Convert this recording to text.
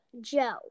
Joe